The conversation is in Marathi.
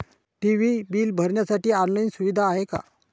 टी.वी बिल भरण्यासाठी ऑनलाईन सुविधा आहे का?